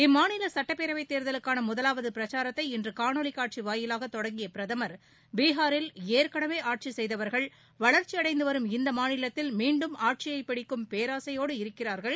இம்மாநில சுட்டப்பேரவை தேர்தலுக்கான முதலாவது பிரச்சாரத்தை இன்று காணொலி காட்சி வாயிலாக தொடங்கிய பிரதமர் பீகாரில் ஏற்கனவே ஆட்சி செய்தவர்கள் வளாச்சியடைந்து வரும் இந்த மாநிலத்தில் மீண்டும் ஆட்சியை பிடிக்கும் பேராசையோடு இருக்கிறார்கள